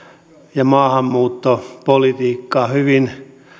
ja maahanmuuttopolitiikkaa hyvin